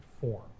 form